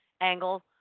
angle